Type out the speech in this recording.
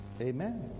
amen